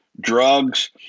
drugs